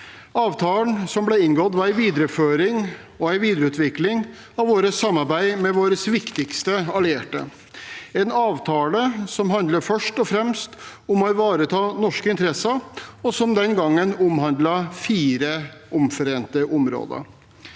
Avtalen som ble inngått, var en videreføring og videreutvikling av vårt samarbeid med våre viktigste allierte, en avtale som først og fremst handler om å ivareta norske interesser, og som den gangen omhandlet fire omforente områder.